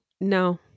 No